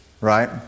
right